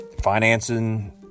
financing